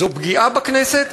זו פגיעה בכנסת,